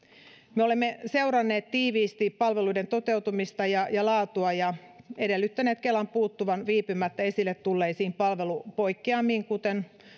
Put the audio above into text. me olemme seuranneet tiiviisti palveluiden toteutumista ja ja laatua ja edellyttäneet kelan puuttuvan viipymättä esille tulleisiin palvelupoikkeamiin kuten